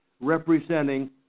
representing